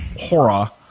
Hora